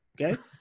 Okay